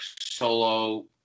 solo